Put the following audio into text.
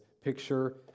picture